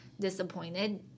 disappointed